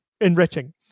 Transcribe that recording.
enriching